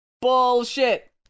Bullshit